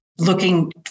looking